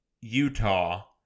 utah